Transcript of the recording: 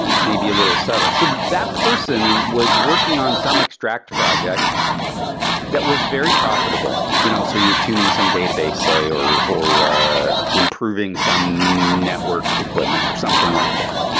and may be a little subtle. so that person was working on some extract project that was very profitable. you know so you're tuning some database, say, or or ah improving some network equipment, or something like that.